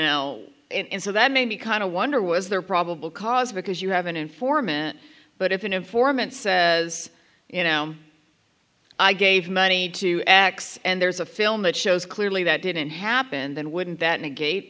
now and so that made me kind of wonder was there probable cause because you have an informant but if an informant says you know i gave money to x and there's a film that shows clearly that didn't happen then wouldn't that negate